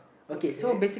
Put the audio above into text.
okay